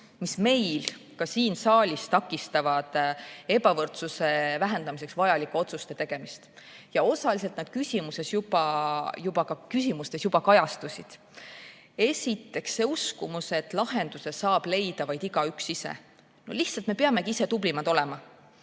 mis meil ka siin saalis takistavad ebavõrdsuse vähendamiseks vajalike otsuste tegemist. Osaliselt need küsimustes juba kajastusid. Esiteks, see uskumus, et lahenduse saab leida vaid igaüks ise, lihtsalt peab ise tublim olema.